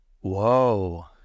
Whoa